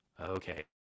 Okay